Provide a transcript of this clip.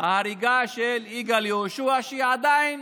ההריגה של יגאל יהושע, שהיא עדיין